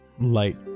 light